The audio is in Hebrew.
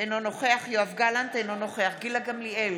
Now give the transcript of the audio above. אינו נוכח יואב גלנט, אינו נוכח גילה גמליאל,